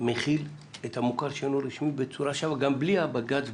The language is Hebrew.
מכיל את המוכר שאינו רשמי בצורה שווה גם בלי בג"ץ.